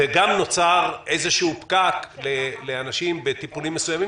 וגם נוצר איזשהו "פקק" לאנשים בטיפולים מסוימים